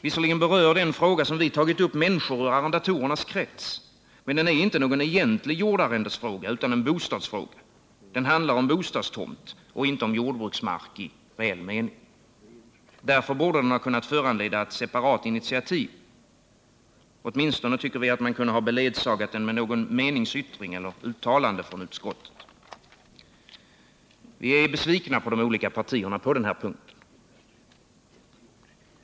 Visserligen berör den fråga vi tagit upp människor ur arrendatorernas krets, men den är inte någon egentlig jordarrendesfråga utan en bostadsfråga, ty den handlar om bostadstomt, inte om jordbruksmark i reell mening. Därför borde den ha kunnat föranleda ett separat initiativ. Åtminstone tycker vi att man kunde ha beledsagat den med någon meningsyttring eller något uttalande från utskottet. Vi är besvikna på de olika partierna på den här punkten.